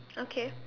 okay